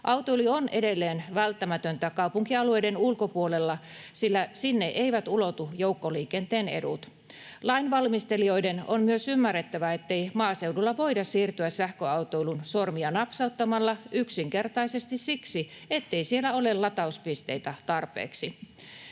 Autoilu on edelleen välttämätöntä kaupunkialueiden ulkopuolella, sillä sinne eivät ulotu joukkoliikenteen edut. Lainvalmistelijoiden on myös ymmärrettävä, ettei maaseudulla voida siirtyä sähköautoiluun sormia napsauttamalla yksinkertaisesti siksi, ettei siellä ole latauspisteitä tarpeeksi.